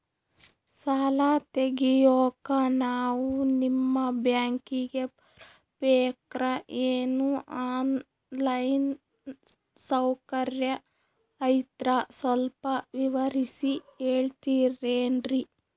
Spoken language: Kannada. ಸಾಲ ತೆಗಿಯೋಕಾ ನಾವು ನಿಮ್ಮ ಬ್ಯಾಂಕಿಗೆ ಬರಬೇಕ್ರ ಏನು ಆನ್ ಲೈನ್ ಸೌಕರ್ಯ ಐತ್ರ ಸ್ವಲ್ಪ ವಿವರಿಸಿ ಹೇಳ್ತಿರೆನ್ರಿ?